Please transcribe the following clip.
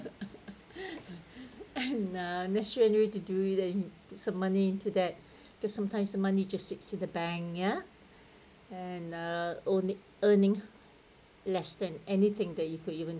and uh next january to do it and some money to that cause sometimes just sit in the bank ya and uh the owning earning less than anything that you could even